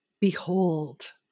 behold